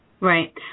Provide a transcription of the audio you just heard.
Right